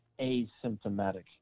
asymptomatic